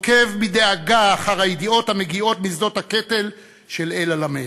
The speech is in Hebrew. עוקב בדאגה אחר הידיעות המגיעות משדות הקטל של אל-עלמיין.